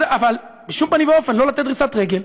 אבל בשום פנים ואופן לא לתת דריסת רגל,